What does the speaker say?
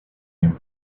him